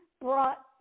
brought